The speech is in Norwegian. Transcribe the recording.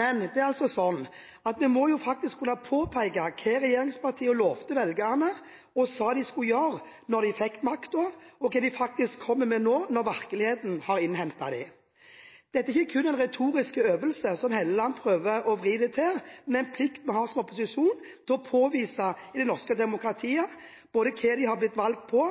men vi må jo kunne påpeke hva regjeringspartiene lovet velgerne at de skulle gjøre når de fikk makten, og hva de faktisk kommer med, nå når virkeligheten har innhentet dem. Dette er ikke kun en retorisk øvelse, som Helleland prøver å vri det til, men en plikt vi har til å påvise, som opposisjon i det norske demokratiet, både hva de har blitt valgt på,